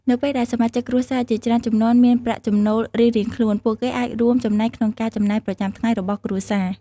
នៅពេលដែលសមាជិកគ្រួសារជាច្រើនជំនាន់មានប្រាក់ចំណូលរៀងៗខ្លួន ពួកគេអាចរួមចំណែកក្នុងការចំណាយប្រចាំថ្ងៃរបស់គ្រួសារ។